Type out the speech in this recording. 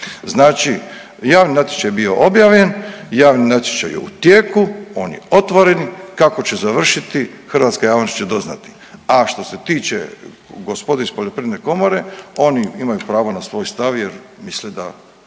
Znači javni natječaj je bio objavljen, javni natječaj je u tijeku, on je otvoren. Kako že završiti, hrvatska javnost će doznati. A što se tiče gospode iz Poljoprivredne komore, oni imaju pravo na svoj stav jer misle da